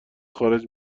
خارج